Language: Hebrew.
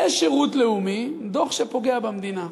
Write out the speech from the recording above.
בשירות לאומי, דוח שפוגע במדינה.